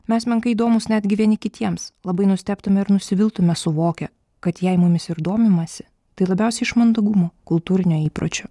mes menkai įdomūs netgi vieni kitiems labai nustebtume ir nusiviltume suvokę kad jei mumis ir domimasi tai labiausiai iš mandagumo kultūrinio įpročio